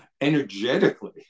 energetically